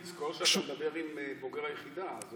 תזכור שאתה מדבר עם בוגר היחידה.